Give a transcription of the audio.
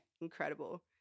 Incredible